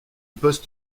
post